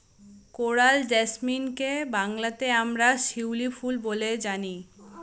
coral জেসমিনকে বাংলাতে আমরা শিউলি ফুল বলে জানি